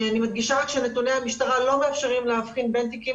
אני מדגישה שנתוני המשטרה לא מאפשרים להבחין בין תיקים